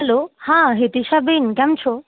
hello હા હિતિશાબેન કેમ છો